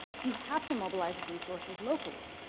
you have to mobilize resources locally,